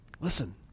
Listen